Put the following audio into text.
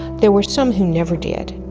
there were some who never did.